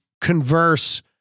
converse